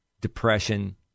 depression